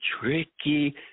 tricky